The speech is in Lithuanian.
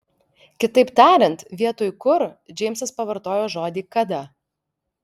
kitaip tariant vietoj kur džeimsas pavartojo žodį kada